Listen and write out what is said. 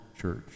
church